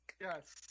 Yes